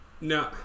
No